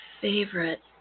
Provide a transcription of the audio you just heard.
favorite